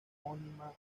homónima